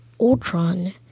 Ultron